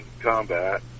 combat